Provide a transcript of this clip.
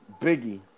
Biggie